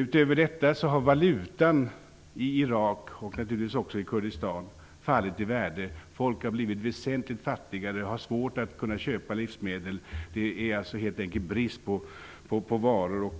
Utöver detta har valutan i Irak och naturligtvis också i Kurdistan fallit i värde. Människor har blivit väsentligt fattigare och har svårt att kunna köpa livsmedel. Det är helt enkelt brist på varor,